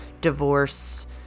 divorce